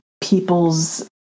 people's